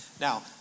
now